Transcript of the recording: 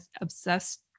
obsessed